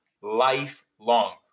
lifelong